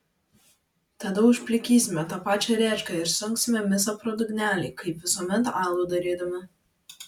tada užplikysime tą pačią rėčką ir sunksime misą pro dugnelį kaip visuomet alų darydami